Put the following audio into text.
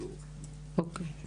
אוקיי.